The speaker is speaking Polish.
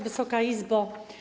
Wysoka Izbo!